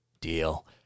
deal